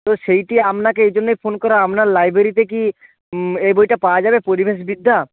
তো সেইটি আপনাকে এই জন্যই ফোন করা আপনার লাইব্রেরিতে কি এই বইটা পাওয়া যাবে পরিবেশবিদ্যা